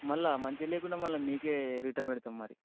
మళ్ళా మంచిగా లేకుండా మళ్ళా మీకే రిటన్ పెడతాం మరి